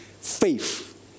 faith